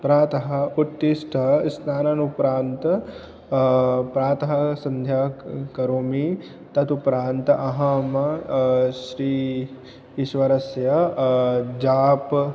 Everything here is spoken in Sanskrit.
प्रातः उत्तिष्ठ स्नानानुप्रान्त् प्रातः सन्ध्या क करोमि तदुप्रान्त् अहं श्री ईश्वरस्य जपं